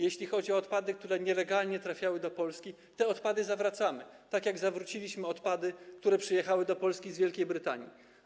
Jeśli chodzi o odpady, które nielegalnie trafiały do Polski, to te odpady zawracamy, tak jak zawróciliśmy odpady, które przyjechały do Polski z Wielkiej Brytanii.